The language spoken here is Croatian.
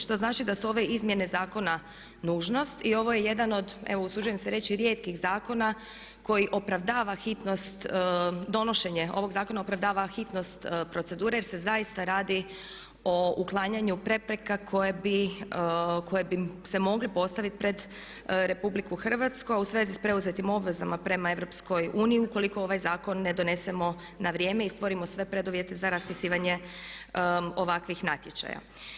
Što znači da su ove izmjene zakona nužnost i ovo je jedan od evo usuđujem se reći rijetkih zakona koji opravdava hitnost, donošenje ovog zakona opravdava hitnost procedure jer se zaista radi o uklanjanju prepreka koje bi se mogle postaviti pred RH a u svezi s preuzetim obvezama prema EU ukoliko ovaj zakon ne donesemo na vrijeme i stvorimo sve preduvjete za raspisivanje ovakvih natječaja.